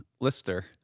Lister